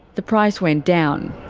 the price went down.